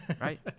right